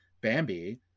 Bambi